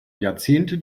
jahrzehnte